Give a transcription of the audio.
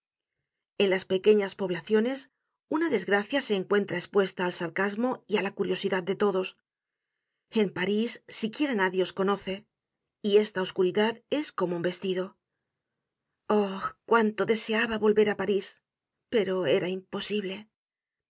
en las pequeñas poblaciones una desgracia se encuentra espuesta al sarcasmo y á la curiosidad de lodos en parís siquiera nadie os conoce y esta oscuridad es como un vestido oh cuánto deseaba volverá parís pero era imposible